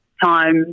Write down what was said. time